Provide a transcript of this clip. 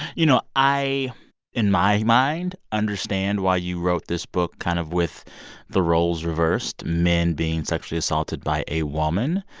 you know, i in my mind understand why you wrote this book kind of with the roles reversed men being sexually assaulted by a woman.